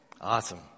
Awesome